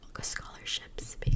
scholarships